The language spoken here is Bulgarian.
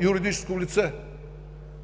юридическо лице,